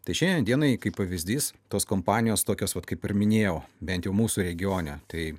tai šiandien dienai kaip pavyzdys tos kompanijos tokios vat kaip ir minėjau bent jau mūsų regione tai